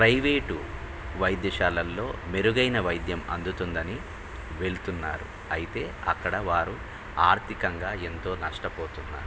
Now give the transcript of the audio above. private వైద్యశాలల్లో మెరుగైన వైద్యం అందుతుందని వెళ్తున్నారు అయితే అక్కడ వారు ఆర్థికంగా ఎంతో నష్టపోతున్నారు